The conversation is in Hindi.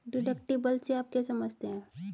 डिडक्टिबल से आप क्या समझते हैं?